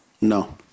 No